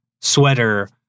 sweater